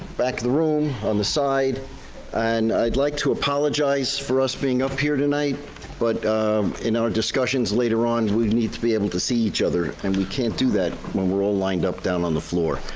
back of the room, on the side and i'd like to apologize for us being up here tonight but in our discussions later on, we need to be able to see each other, and we can't do that when we're all lined up down on the floor.